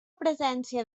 presència